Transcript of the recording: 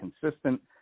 consistent